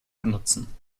benutzen